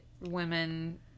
women